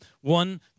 one